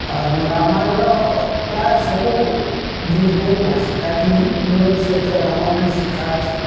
ଆର୍ ରାମାୟଣର ପ୍ରାୟ ସବୁ ଜିନିଷ୍ ପାଇଁ ପଢ଼ୁଚି କାହାତିର୍ ଲାଗି ମୂଳରୁ ରାମାୟଣରେ ଶିକ୍ଷା ଅଛି